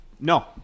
No